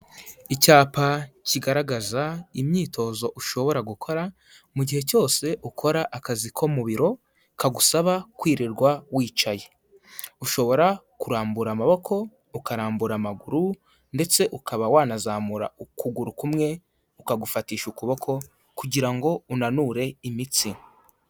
Icyapa kigaragaza imyitozo ushobora gukora mu gihe cyose ukora akazi ko mu biro kagusaba kwirirwa wicaye. Ushobora kurambura amaboko, ukarambura amaguru ndetse ukaba wanazamura ukuguru kumwe ukagufatisha ukuboko kugira ngo unanure imitsi.